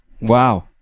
Wow